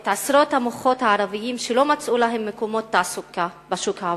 את עשרות המוחות הערבים שלא מצאו להם מקומות תעסוקה בשוק העבודה.